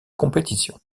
compétition